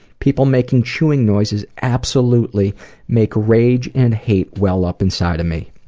people making chewing noises absolutely make rage and hate well up inside of me.